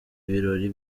ibirori